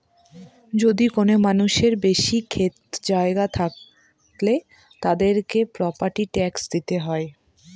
যদি কোনো মানুষের বেশি ক্ষেত জায়গা থাকলে, তাদেরকে প্রপার্টি ট্যাক্স দিতে হয়